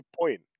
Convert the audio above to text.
point